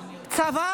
צבא